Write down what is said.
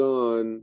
on